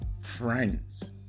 Friends